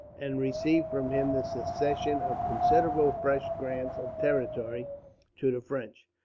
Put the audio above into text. and received from him the cession of considerable fresh grants of territory to the french.